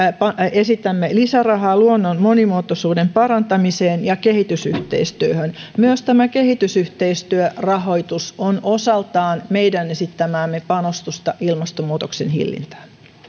esitämme lisärahaa luonnon monimuotoisuuden parantamiseen ja kehitysyhteistyöhön myös tämä kehitysyhteistyörahoitus on osaltaan meidän esittämäämme panostusta ilmastonmuutoksen hillintään